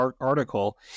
article